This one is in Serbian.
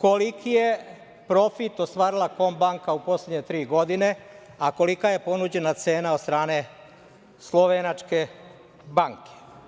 koliki je profit ostvarila „Kombanka“ u poslednje tri godine, a kolika je ponuđena cena od strane slovenačke banke?